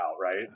Right